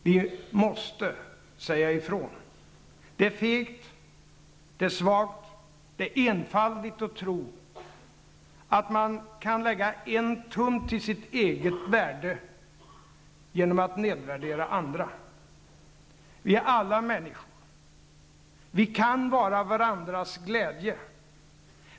Vi måste säga ifrån: Det är fegt, det är svagt, det är enfaldigt att tro att man kan lägga en tum till sitt eget värde genom att nedvärdera andra. Vi är alla människor. Vi kan vara varandras glädje.